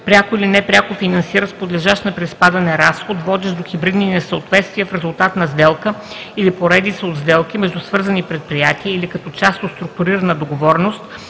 пряко или непряко финансират подлежащ на приспадане разход, водещ до хибридни несъответствия в резултат на сделка или поредица от сделки между свързани предприятия или като част от структурирана договореност,